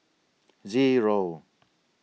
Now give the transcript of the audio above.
Zero